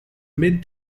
mid